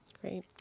Great